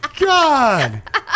god